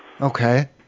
Okay